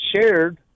shared